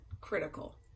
critical